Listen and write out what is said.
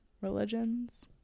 religions